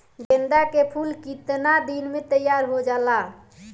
गेंदा के फूल केतना दिन में तइयार हो जाला?